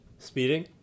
Speeding